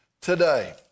today